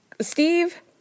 Steve